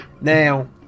now